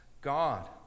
God